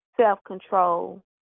self-control